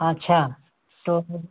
अच्छा तो फ़िर